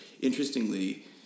interestingly